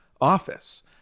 office